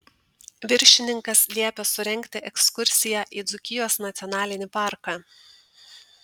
viršininkas liepė surengti ekskursiją į dzūkijos nacionalinį parką